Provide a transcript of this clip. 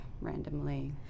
randomly